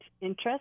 interest